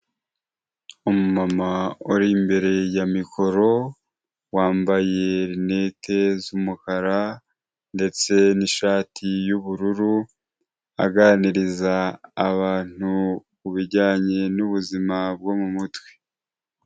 Umumama uri imbere ya mikoro, wambaye rinete z'umukara ndetse n'ishati y'ubururu, aganiriza abantu ku bijyanye n'ubuzima bwo mu mutwe.